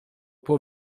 può